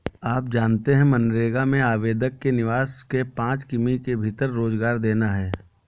आप जानते है मनरेगा में आवेदक के निवास के पांच किमी के भीतर रोजगार देना है?